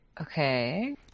Okay